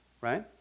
right